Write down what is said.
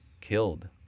killed